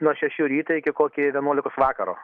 nuo šešių ryto iki koki vienuolikos vakaro